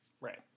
Right